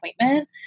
appointment